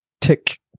tick